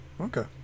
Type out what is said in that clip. Okay